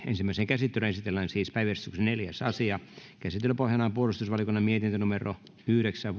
ensimmäiseen käsittelyyn esitellään päiväjärjestyksen neljäs asia käsittelyn pohjana on puolustusvaliokunnan mietintö yhdeksän